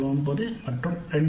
9 மற்றும் 2